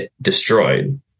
destroyed